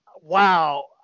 wow